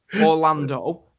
Orlando